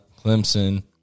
Clemson